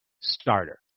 starter